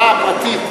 הפרטית,